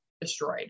destroyed